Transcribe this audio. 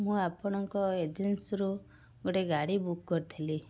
ମୁଁ ଆପଣଙ୍କ ଏଜେନ୍ସିରୁ ଗୋଟେ ଗାଡ଼ି ବୁକ୍ କରିଥିଲି